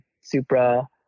Supra